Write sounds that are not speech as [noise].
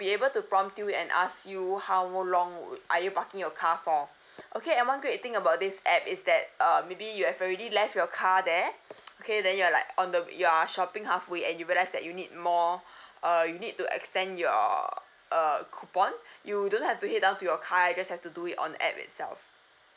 be able to prompt you and ask you how long would are you parking your car for okay and one great thing about this app is that err maybe you have already left your car there [noise] okay then you're like on the you're shopping halfway and you realize that you need more uh you need to extend your err coupon you don't have to head down to your car you just have to do it on app itself